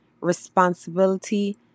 responsibility